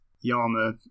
Yama